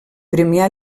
premià